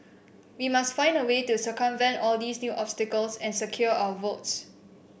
we must find a way to circumvent all these new obstacles and secure our votes